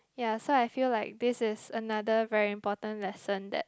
ya so I feel like this is another very important lesson that